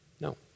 No